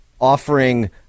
offering